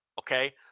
okay